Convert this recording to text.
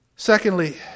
Secondly